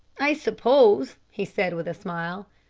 i suppose, he said with a smile,